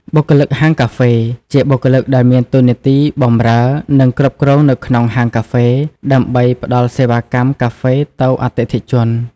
បុគ្គលិកហាងកាហ្វេ ជាបុគ្គលដែលមានតួនាទីបម្រើ និងគ្រប់គ្រងនៅក្នុងហាងកាហ្វេ ដើម្បីផ្ដល់សេវាកម្មកាហ្វេទៅអតិថិជន។